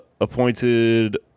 appointed